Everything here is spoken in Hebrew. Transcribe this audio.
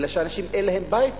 אלא אנשים שאין להם בית בכלל.